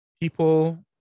people